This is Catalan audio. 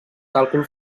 càlcul